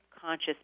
conscious